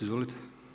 Izvolite.